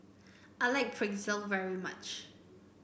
I like Pretzel very much